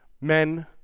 men